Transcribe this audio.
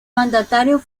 mandatario